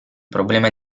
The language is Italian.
problema